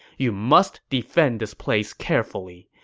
you must defend this place carefully.